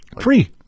Free